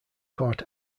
court